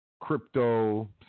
Crypto